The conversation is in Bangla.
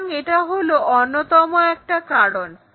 সুতরাং এটা হলো অন্যতম একটা কারণ